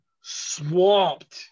swamped